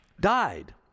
died